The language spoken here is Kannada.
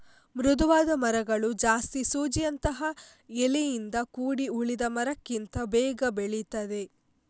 ಮೃದುವಾದ ಮರಗಳು ಜಾಸ್ತಿ ಸೂಜಿಯಂತಹ ಎಲೆಯಿಂದ ಕೂಡಿ ಉಳಿದ ಮರಕ್ಕಿಂತ ಬೇಗ ಬೆಳೀತದೆ